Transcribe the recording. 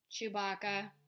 Chewbacca